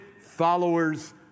followers